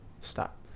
stop